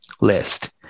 list